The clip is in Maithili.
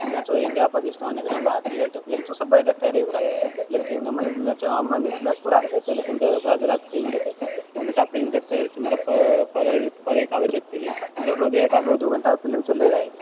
मैच होइए इन्डिया पाकिस्तान एकरामे आइ पी एल ताइ पी एल तऽ सभ देखतै रहैय ओकरामे लेकिन मने मैच मने मैच पूरा देखै छै लेकिन ओकरा जगह फिल्म देखै छै हमेशा फिल्म देखिते रहतै मतलब पढ़ै लि पढ़ैके आबै छै फिल्म मतलब रोजे मतलब एकरागो दू घण्टा फिल्म चलै जाइए